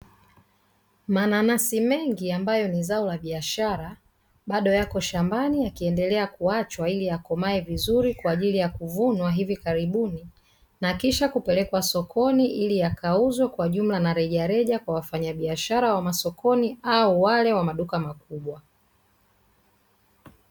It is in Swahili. Mananasi mengi ambayo ni zao la biashara, bado yapo shambani yakiendelea kuachwa ili yakomae vizuri kwa ajili ya kuvunwa hivi karibuni na kisha kupelekwa sokoni ili yakauzwe kwa jumla na rejareja kwa wafanyabiashara wa masokoni au wale wa maduka makubwa.